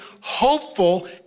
hopeful